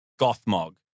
Gothmog